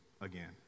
again